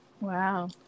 Wow